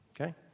okay